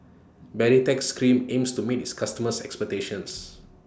Baritex Cream aims to meet its customers' expectations